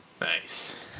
nice